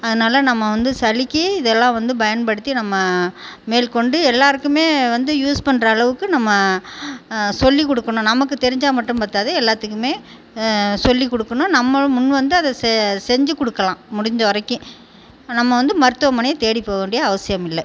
அதனால் நம்ம வந்து சளிக்கு இதெல்லாம் வந்து பயன்படுத்தி நம்ம மேற்கொண்டு எல்லாருக்குமே வந்து யூஸ் பண்ணுற அளவுக்கு நம்ம சொல்லிக் கொடுக்கணும் நமக்கு தெரிஞ்சால் மட்டும் பத்தாது எல்லாத்துக்குமே சொல்லி கொடுக்கணும் நம்மளும் முன் வந்து அதை செ செஞ்சு கொடுக்கலாம் முடிஞ்ச வரைக்கும் நம்ம வந்து மருத்துவமனையை தேடி போக வேண்டிய அவசியமில்லை